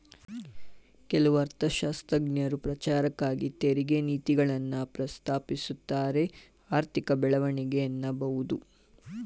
ಕೆಲವು ಅರ್ಥಶಾಸ್ತ್ರಜ್ಞರು ಪ್ರಚಾರಕ್ಕಾಗಿ ತೆರಿಗೆ ನೀತಿಗಳನ್ನ ಪ್ರಸ್ತಾಪಿಸುತ್ತಾರೆಆರ್ಥಿಕ ಬೆಳವಣಿಗೆ ಎನ್ನಬಹುದು